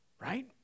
Right